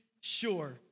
Sure